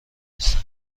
نیستن